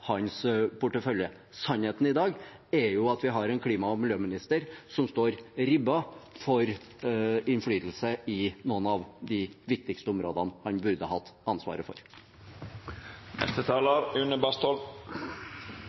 hans portefølje. Sannheten i dag er jo at vi har en klima- og miljøminister som står ribbet for innflytelse på noen av de viktigste områdene han burde hatt ansvaret